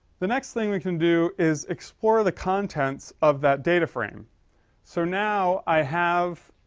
the next thing we can do is explore the contents of that data frame so now i have,